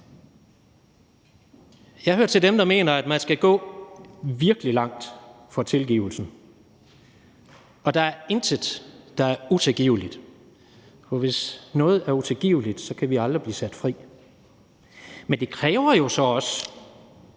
Jeg hører til dem, der mener, at man skal gå virkelig langt for tilgivelsen og der er intet, der er utilgiveligt, for hvis noget er utilgiveligt, kan vi aldrig blive sat fri. Men det kræver jo så også,